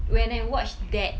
when I watch that